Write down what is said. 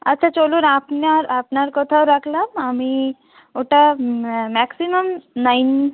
আচ্ছা চলুন আপনার আপনার কথাও রাখলাম আমি ওটা ম্যাক্সিমাম নাইন